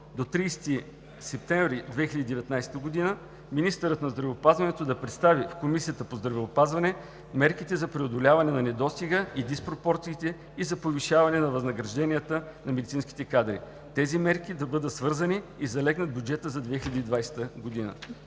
До 30 септември 2019 г. министърът на здравеопазването да представи в Комисията по здравеопазване мерките за преодоляване на недостига и диспропорциите, и за повишаване на възнагражденията на медицинските кадри. Тези мерки да бъдат свързани и да залегнат в бюджета за 2020 г.“